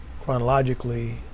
chronologically